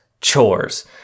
chores